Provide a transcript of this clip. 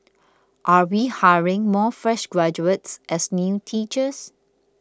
are we hiring more fresh graduates as new teachers